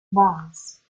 bonds